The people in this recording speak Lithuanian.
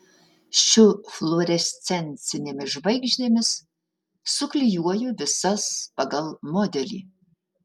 šiu fluorescencinėmis žvaigždėmis suklijuoju visas pagal modelį